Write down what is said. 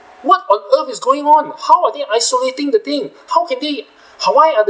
what on earth is going on how are they isolating the thing how can they ha why ah